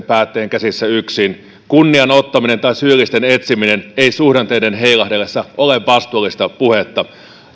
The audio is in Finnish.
päättäjien käsissä yksin kunnian ottaminen tai syyllisten etsiminen ei suhdanteiden heilahdellessa ole vastuullista puhetta